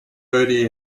verde